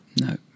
No